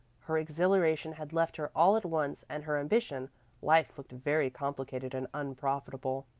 her exhilaration had left her all at once and her ambition life looked very complicated and unprofitable.